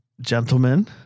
Gentlemen